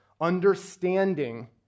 Understanding